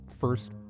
first